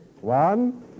One